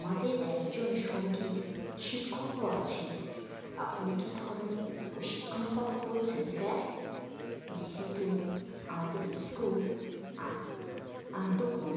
আমাদের একজন সঙ্গীত শিক্ষকও আছেন আপনি কি ধরনের প্রশিক্ষণের কথা বলছেন স্যার যেহেতু আমাদের স্কুল আন্তকূপ